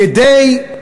כדי,